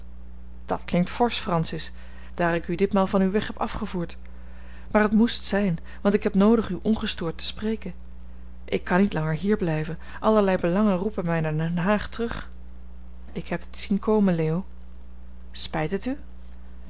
dat klinkt forsch francis daar ik u ditmaal van uw weg heb afgevoerd maar het moest zijn want ik heb noodig u ongestoord te spreken ik kan niet langer hier blijven allerlei belangen roepen mij naar den haag terug ik heb dit zien komen leo spijt het u